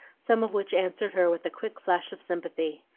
some of which answered her with a quick flash of sympathy,